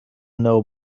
know